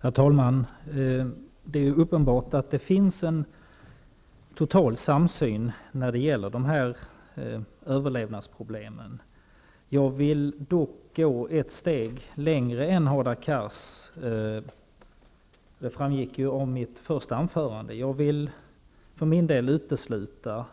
Herr talman! Det är uppenbart att det finns en total samsyn när det gäller de här överlevnadsproblemen. Jag vill dock gå ett steg längre än Hadar Cars. Av mitt första anförande framgick det att jag för min del vill utesluta